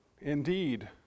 indeed